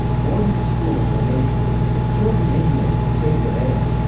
boarding schools were made to kill the indian, save the man.